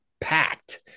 packed